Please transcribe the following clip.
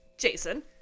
Jason